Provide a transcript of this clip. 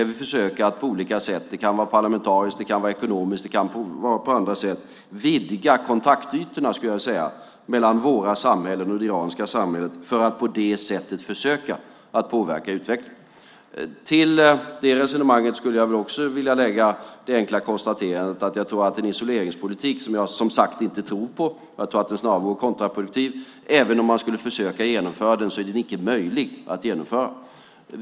Vi kan på olika sätt försöka - parlamentariskt, ekonomiskt eller på andra sätt - att vidga kontaktytorna mellan våra samhällen och det iranska samhället för att på det sättet försöka påverka utvecklingen. Till det resonemanget vill jag också lägga det enkla konstaterandet att jag tror att en isoleringspolitik - som jag inte tror på - snarare skulle vara kontraproduktiv. Även om man skulle försöka genomföra den är den inte möjlig att genomföra.